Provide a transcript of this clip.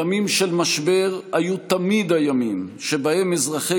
ימים של משבר היו תמיד הימים שבהם אזרחי